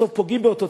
פוגעים באותו ציבור.